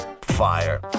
Fire